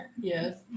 Yes